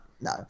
No